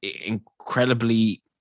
incredibly